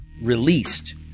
released